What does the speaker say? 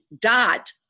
dot